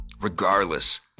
Regardless